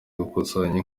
gukusanya